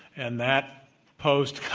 and that post,